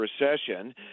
recession